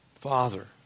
Father